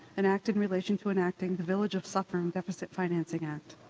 an act in relation to enacting the village of suffern deficit financing act.